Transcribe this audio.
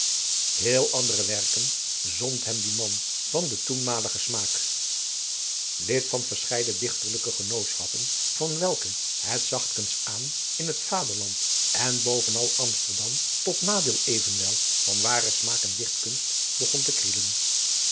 heel andere werken zond hem die man van den toenmaligen smaak lid van verscheiden dichterlijke genootschappen van welke het zachtkens aan in het vaderland en bovenal amsterdam tot nadeel evenwel van waren smaak en dichtkunst begon te